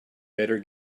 better